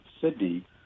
sydney